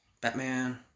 Batman